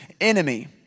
enemy